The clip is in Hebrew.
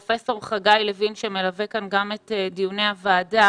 פרופסור חגי לוין שמלווה את דיוני הוועדה